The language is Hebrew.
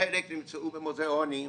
חלק נמצאו במוזיאונים,